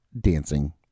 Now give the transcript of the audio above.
dancing